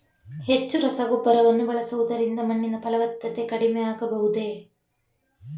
ಹೆಚ್ಚು ರಸಗೊಬ್ಬರವನ್ನು ಬಳಸುವುದರಿಂದ ಮಣ್ಣಿನ ಫಲವತ್ತತೆ ಕಡಿಮೆ ಆಗಬಹುದೇ?